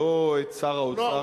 לא את שר האוצר,